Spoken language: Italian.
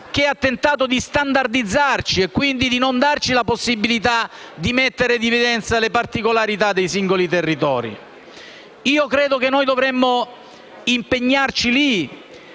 che ha tentato di standardizzarci non dandoci la possibilità di mettere in evidenza le particolarità dei singoli territori. Credo che dovremmo impegnarci su